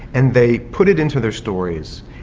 and they put it into their stories.